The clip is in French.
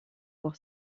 pour